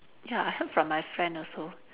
ya I heard from my friend also